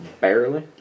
Barely